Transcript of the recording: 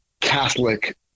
Catholic